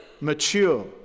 mature